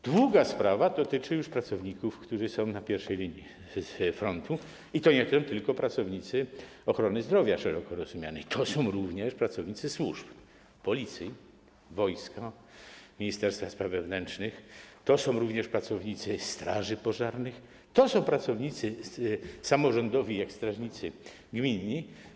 Druga sprawa dotyczy już pracowników, którzy są na pierwszej linii frontu, i to nie tylko pracownicy szeroko rozumianej ochrony zdrowia - to są również pracownicy służb: Policji, wojska, Ministerstwa Spraw Wewnętrznych, to są również pracownicy straży pożarnych, to są pracownicy samorządowi, tacy jak strażnicy gminni.